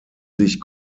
sich